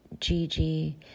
Gigi